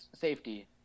safety